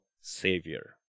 Savior